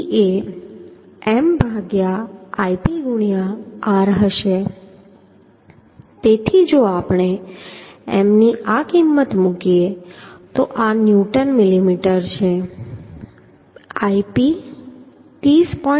Pb એ M ભાગ્યા Ip ગુણ્યા r હશે તેથી જો આપણે M ની આ કિંમત મૂકીએ તો આ ન્યૂટન મિલીમીટર છે Ip 30